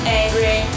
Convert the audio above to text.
angry